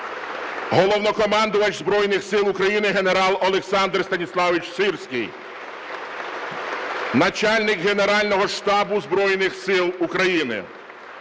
Головнокомандувач Збройних Сил України генерал Олександр Станіславович Сирський, начальник Генерального штабу Збройних Сил України.